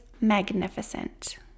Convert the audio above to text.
magnificent